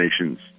nations